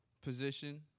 position